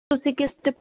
ਤੁਸੀਂ ਕਿਸ ਡੀ